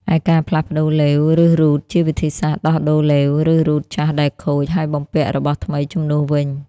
ឯការផ្លាស់ប្តូរឡេវ ឬរ៉ូតជា វិធីសាស្ត្រដោះដូរឡេវ ឬរ៉ូតចាស់ដែលខូច ហើយបំពាក់របស់ថ្មីជំនួសវិញ។